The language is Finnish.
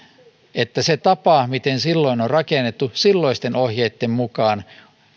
että se tapa miten on rakennettu silloisten ohjeitten mukaan